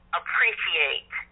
appreciate